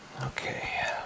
Okay